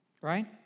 Right